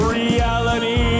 reality